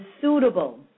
suitable